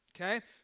Okay